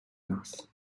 нас